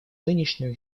нынешнем